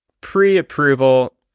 pre-approval